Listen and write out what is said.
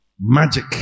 Magic